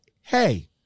hey